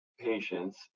patients